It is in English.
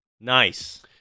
Nice